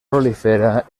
prolifera